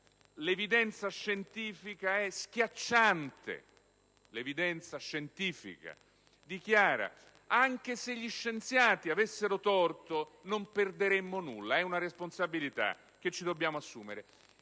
"L'evidenza scientifica è schiacciante. Anche se gli scienziati avessero torto non perderemmo nulla. È una responsabilità che ci dobbiamo assumere".